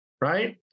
right